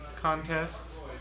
contest